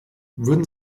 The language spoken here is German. würden